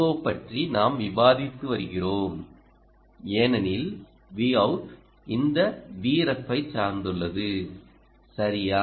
ஓ பற்றி நாம் விவாதித்து வருகிறோம் ஏனெனில் Vout இந்த Vref ஐச் சார்ந்துள்ளது சரியா